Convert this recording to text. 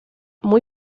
muy